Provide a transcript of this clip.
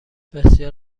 بسیار